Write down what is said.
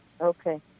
Okay